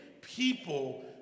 people